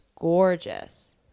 gorgeous